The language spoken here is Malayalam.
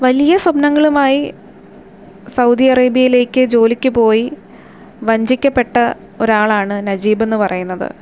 വലിയ സ്വപ്നങ്ങളുമായി സൗദി അറേബ്യയിലേക്ക് പോയി വഞ്ചിക്കപ്പെട്ട ഒരാളാണ് നജീബ് എന്ന് പറയുന്നത്